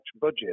budget